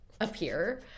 appear